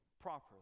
properly